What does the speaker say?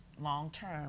long-term